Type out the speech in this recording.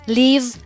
leave